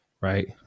right